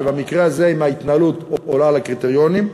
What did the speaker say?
שבמקרה הזה אם ההתנהלות עולה על הקריטריונים,